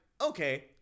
okay